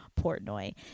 Portnoy